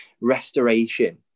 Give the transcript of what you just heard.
restoration